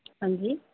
ਹਾਂਜੀ